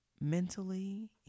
mentally